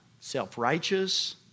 self-righteous